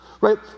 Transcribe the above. right